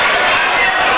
כן, כן, כן.